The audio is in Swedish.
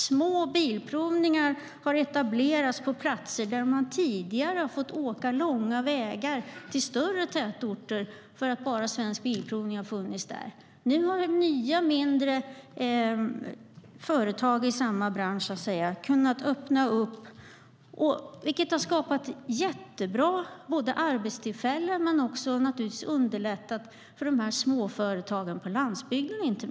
Små bilprovningar har etablerats på platser där man tidigare har fått åka långa vägar till större tätorter för att Svensk Bilprovning har funnits bara där. Nu har nya, mindre företag i samma bransch kunnat öppna upp, vilket har skapat jättebra arbetstillfällen. Men det har naturligtvis också underlättat för inte minst småföretag på landsbygden.